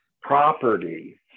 property